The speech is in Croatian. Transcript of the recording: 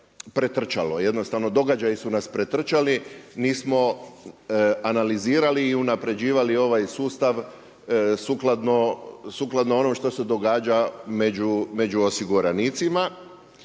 pretrčalo, jednostavno događaji su nas pretrčali, nismo analizirali i unapređivali ovaj sustav sukladno onom što se događa među osiguranicima.